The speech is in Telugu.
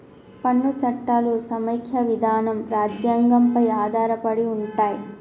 పన్ను చట్టాలు సమైక్య విధానం రాజ్యాంగం పై ఆధారపడి ఉంటయ్